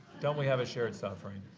don't we have a shared suffering?